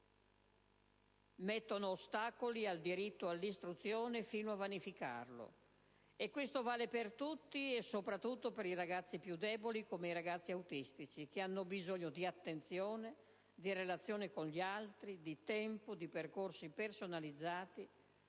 mettono ostacoli al diritto all'istruzione, fino a vanificarlo. E questo vale per tutti e, soprattutto, per i ragazzi più deboli, come i ragazzi autistici, che hanno bisogno di attenzione, di relazione con gli altri, di tempo, di percorsi personalizzati;